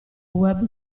web